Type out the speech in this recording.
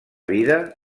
vida